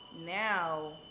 Now